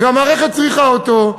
והמערכת צריכה אותו,